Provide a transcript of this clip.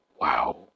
wow